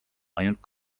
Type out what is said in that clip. ainult